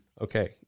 Okay